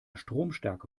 stromstärke